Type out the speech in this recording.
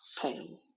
pain